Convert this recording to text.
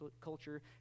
culture